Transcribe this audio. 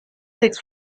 things